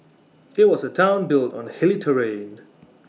IT was A Town built on hilly terrain